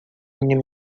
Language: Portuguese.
minha